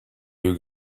you